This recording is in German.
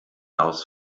aus